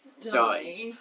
dies